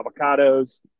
avocados